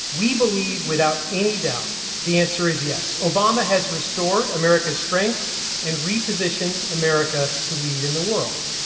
we believe without any doubt the answer is yes. obama has restored america's strength and repositioned america to lead in the world.